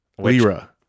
lira